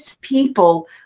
people